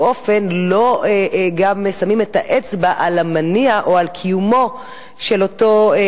אופן גם לא שמים את האצבע על המניע או על קיומו של אותו,